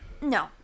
no